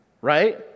right